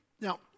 Now